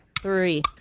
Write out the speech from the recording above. Three